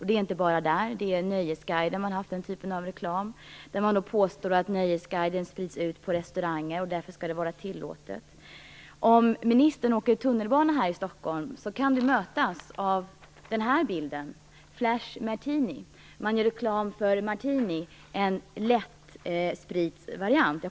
Men det är inte bara där det har förekommit, utan även i Nöjesguiden har man haft den typen av reklam. Man påstår att Nöjesguiden sprids ut på restauranger och att det därför skall vara tillåtet. Om ministern åker tunnelbana här i Stockholm kan han mötas av reklam för Flash Martini, en lättspritsvariant.